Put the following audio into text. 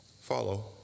Follow